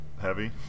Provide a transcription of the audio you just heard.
heavy